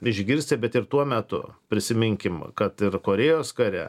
išgirsti bet ir tuo metu prisiminkim kad ir korėjos kare